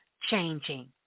changing